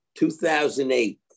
2008